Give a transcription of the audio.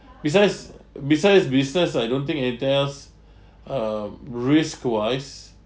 besides besides business I don't think anything else um risk wise